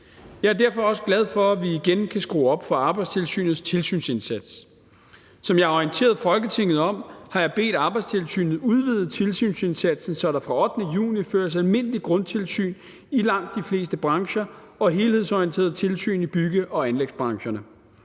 Jeg er derfor også glad for, at vi igen kan skrue op for Arbejdstilsynets tilsynsindsats. Som jeg har orienteret Folketinget om, har jeg bedt Arbejdstilsynet om at udvide tilsynsindsatsen, så der fra den 8. juni føres almindeligt grundtilsyn i langt de fleste brancher og helhedsorienteret tilsyn i bygge- og anlægsbranchen